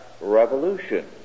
revolution